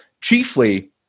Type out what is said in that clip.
chiefly